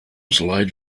slide